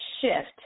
shift